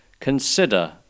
Consider